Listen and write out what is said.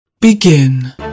Begin